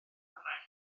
orau